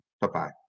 Bye-bye